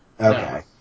Okay